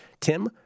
Tim